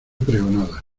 pregonada